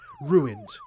Ruined